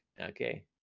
okay